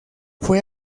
fue